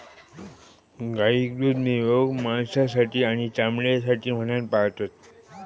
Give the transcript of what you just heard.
गाईक दूध मिळवूक, मांसासाठी आणि चामड्यासाठी म्हणान पाळतत